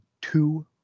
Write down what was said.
two